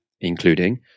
including